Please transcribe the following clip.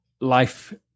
life